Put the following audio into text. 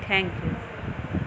thank you